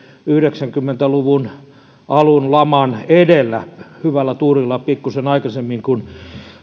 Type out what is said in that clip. yhdeksänkymmentä luvun alun laman edellä hyvällä tuurilla pikkuisen aikaisemmin kuin